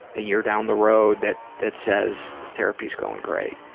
a year down the road, that that says, therapy's going great.